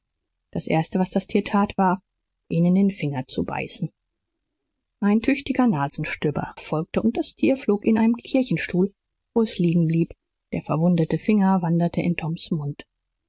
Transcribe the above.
das erste was das tier tat war ihn in den finger zu beißen ein tüchtiger nasenstüber folgte und das tier flog in einen kirchenstuhl wo es liegen blieb der verwundete finger wanderte in toms mund